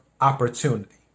opportunity